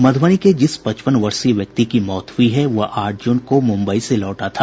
मधुबनी के जिस पचपन वर्षीय व्यक्ति की मौत हुई है वह आठ जून को मुम्बई से लौटा था